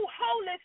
Holy